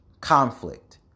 conflict